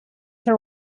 can